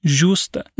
justa